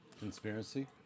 Conspiracy